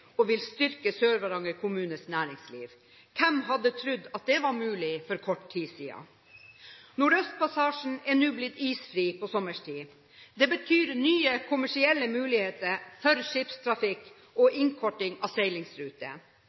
og som vil styrke Sør-Varanger kommunes næringsliv. Hvem hadde trodd at det var mulig for kort tid siden? Nordøstpassasjen har nå blitt isfri på sommerstid. Det betyr nye kommersielle muligheter for skipstrafikk og innkorting av seilingsruter.